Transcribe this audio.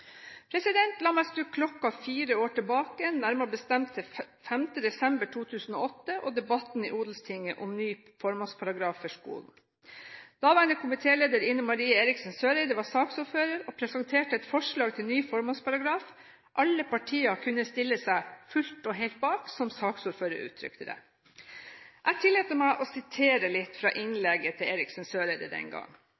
livssynssamfunn. La meg skru klokken fire år tilbake, nærmere bestemt til 5. desember 2008, og debatten i Odelstinget om ny formålsparagraf for skolen. Daværende komitéleder Ine Marie Eriksen Søreide var saksordfører og presenterte et forslag til ny formålsparagraf alle partier kunne stille seg fullt og helt bak, som saksordføreren uttrykte det. Jeg tillater meg å sitere litt fra